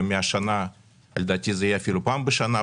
ומהשנה לדעתי זה יהיה אפילו פעם בחודש.